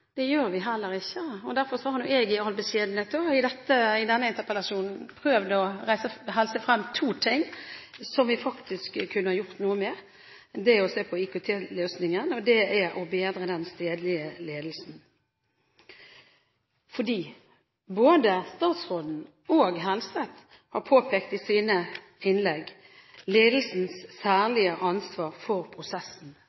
det gjør vi heller ikke. Derfor har nå jeg i all beskjedenhet i denne interpellasjonen prøvd å heise frem to ting som vi faktisk kunne ha gjort noe med: å se på IKT-løsningen og bedre den stedlige ledelsen. Både statsråden og Helseth har i sine innlegg påpekt ledelsens